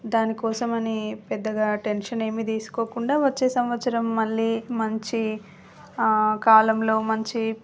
దాని కోసం అని పెద్దగా టెన్షన్ ఏమీ తీసుకోకుండా వచ్చే సంవత్సరం మళ్ళీ మంచి కాలంలో మంచి